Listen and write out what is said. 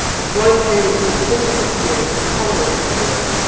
a slight change in the tint of the skin and the color of his hair,